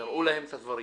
תראו להם את הדברים.